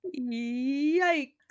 yikes